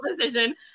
decision